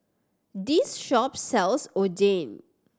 this shop sells Oden